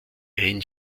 ein